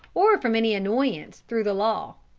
or from any annoyance through the law.